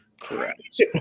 Correct